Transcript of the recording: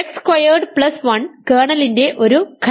x squared plus 1 കേർണലിന്റെ ഒരു ഘടകമാണ്